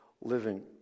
living